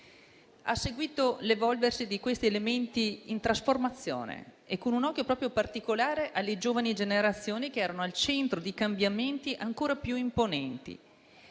Ha seguito l'evolversi di questi elementi in trasformazione con un occhio particolare rivolto alle giovani generazioni, che erano al centro di cambiamenti ancora più imponenti.